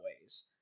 ways